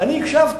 אני הקשבתי.